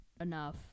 enough